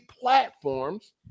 platforms